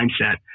mindset